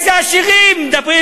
מדובר באנשים עשירים, איזה עשירים?